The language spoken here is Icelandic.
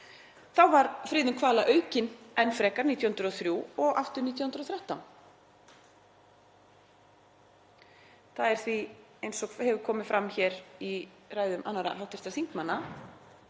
Þá var friðun hvala aukin enn frekar 1903 og aftur 1913. Það er því, eins og hefur komið fram hér í ræðum annarra hv. þingmanna,